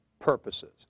purposes